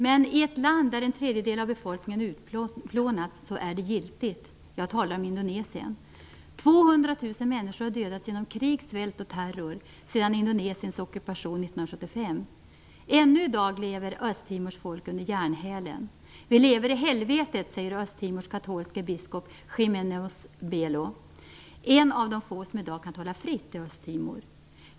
Men i ett land där en tredjedel av befolkningen har utplånats är det giltigt - jag talar om Indonesien. 200 000 människor har dödats genom krig, svält och terror sedan Indonesiens ockupation 1975. Ännu i dag lever Östtimors folk under järnhälen. Vi lever i helvetet, säger Östtimors katolske biskop Ximenes Belo - en av de få i Östtimor som i dag kan tala fritt.